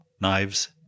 knives